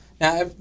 Now